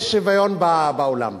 יש שוויון באולם,